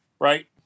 right